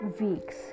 weeks